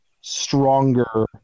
stronger